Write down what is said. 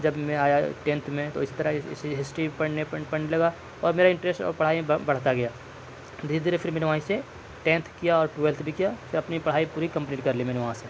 جب میں آیا ٹینتھ میں تو اس طرح ہسٹری پڑھنے پڑھنے لگا اور میرا انٹریسٹ اور پڑھائی میں بہت بڑھتا گیا دھیرے دھیرے پھر میں نے وہیں سے ٹینتھ کیا اور ٹویلتھ بھی کیا پھر اپنی پڑھائی پوری کملیٹ کرلی میں نے وہاں سے